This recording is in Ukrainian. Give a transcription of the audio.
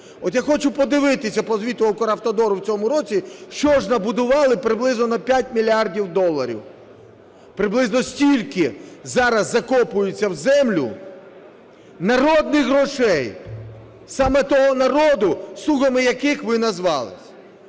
От я хочу подивитися по звіту Укравтодору в цьому році, шо ж набудували приблизно на 5 мільярдів доларів. Приблизно стільки зараз закопується в землю народних грошей, саме того народу, "слугами" яких ви назвалися.